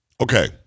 Okay